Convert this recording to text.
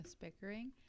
bickering